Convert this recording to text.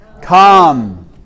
come